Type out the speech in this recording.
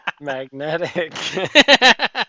magnetic